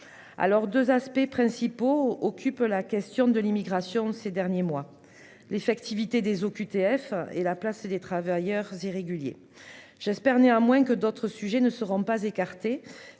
Alors 2 aspects principaux occupe la question de l'immigration, ces derniers mois l'effectivité des OQTF et la place des travailleurs irréguliers. J'espère néanmoins que d'autres sujets ne seront pas écartées